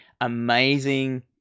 amazing